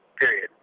period